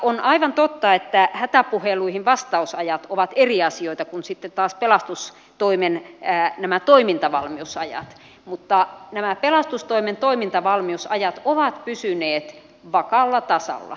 on aivan totta että hätäpuheluihin vastaamisajat ovat eri asioita kuin sitten taas nämä pelastustoimen toimintavalmiusajat mutta nämä pelastustoimen toimintavalmiusajat ovat pysyneet vakaalla tasolla